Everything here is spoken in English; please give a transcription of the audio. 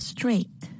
Straight